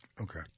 Okay